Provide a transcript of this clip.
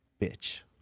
Bitch